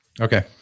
okay